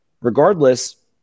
regardless